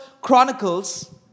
Chronicles